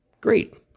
Great